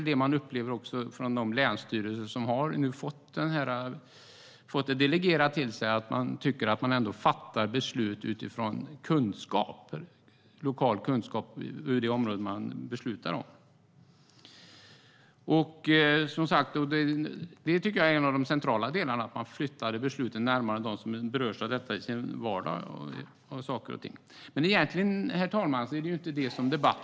De länsstyrelser som nu har fått det delegerat fattar beslut utifrån kunskaper om det område som de beslutar om. En av de centrala delarna är att man flyttade besluten närmare dem som berörs av detta i sin vardag. Herr talman! Debatten handlar egentligen inte om det.